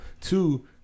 Two